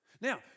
Now